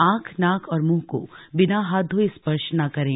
आंख नाक और मुंह को बिना हाथ धोये स्पर्श न करें